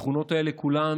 שהתכונות האלה כולן,